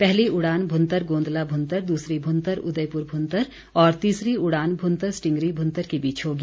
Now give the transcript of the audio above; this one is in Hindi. पहली उड़ान भुंतर गोंदला भुंतर दूसरी भुंतर उदयपुर भुंतर और तीसरी उड़ान भुंतर स्टींगरी भुंतर के बीच होगी